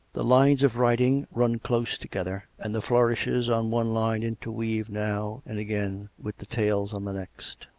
the lines of writing run close together, and the flourishes on one line interweave now and again with the tails on the next.